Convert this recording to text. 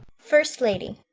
first lady.